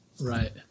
Right